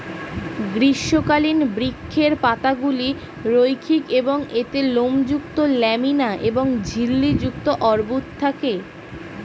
গ্রীষ্মকালীন বৃক্ষের পাতাগুলি রৈখিক এবং এতে লোমযুক্ত ল্যামিনা এবং ঝিল্লি যুক্ত অর্বুদ থাকে